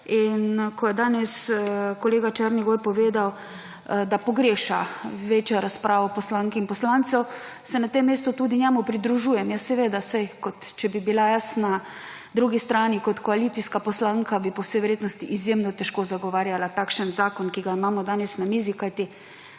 in ko je danes kolega Černigoj povedal, da pogreša večjo razpravo poslank in poslancev, se na tem mestu tudi njemu pridružujem. Ja seveda, saj kot če bi bila jaz na drugi strani kot koalicijska poslanka, bi po vsej verjetnosti izjemno težko zagovarjala takšen zakon, ki ga imamo danes na mizi, kajti